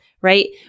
right